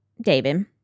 David